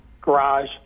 garage